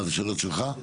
אני